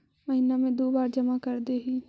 महिना मे दु बार जमा करदेहिय?